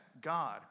God